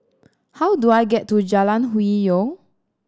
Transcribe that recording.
how do I get to Jalan Hwi Yoh